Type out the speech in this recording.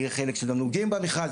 יהיה חלק של תמלוגים במכרז,